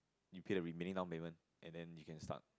you pay the remaining down payment and then you can start